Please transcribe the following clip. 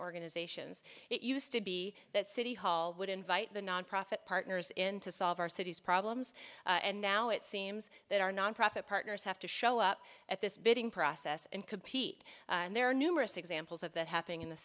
organizations it used to be that city hall would invite the nonprofit partners in to solve our city's problems and now it seems that our nonprofit partners have to show up at this bidding process and compete and there are numerous examples of that happening in the